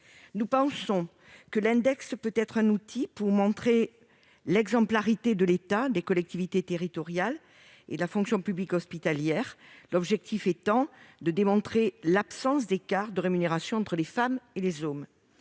Nous pensons que l'index peut être un outil pour montrer l'exemplarité de l'État, des collectivités territoriales et de la fonction publique hospitalière, l'objectif étant de démontrer l'absence d'écart de rémunération entre les femmes et les hommes.